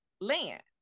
land